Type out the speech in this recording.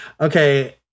Okay